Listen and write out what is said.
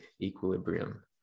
equilibrium